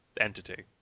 entity